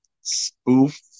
spoof